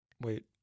Wait